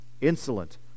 insolent